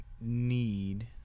need